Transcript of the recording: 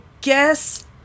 guess